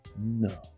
No